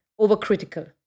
overcritical